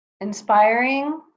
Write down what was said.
inspiring